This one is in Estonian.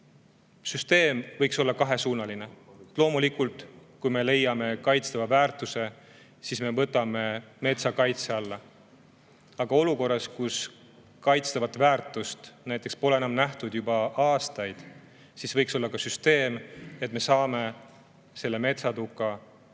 Süsteem võiks olla kahesuunaline. Loomulikult, kui me leiame kaitstava väärtuse, siis me võtame metsa kaitse alla. Aga olukorras, kus kaitstavat väärtust pole nähtud näiteks juba aastaid, võiks olla ka süsteem, et me saame selle metsatuka võtta